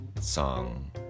song